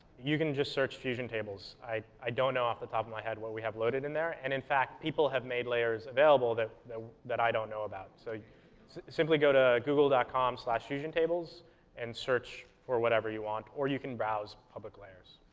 you can just search fusion tables. i i don't know off the top of my head what we have loaded in there, and in fact, people have made layers available that i don't know about, so simply go to google dot com slash fusion tables and search for whatever you want, or you can browse public layers.